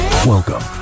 Welcome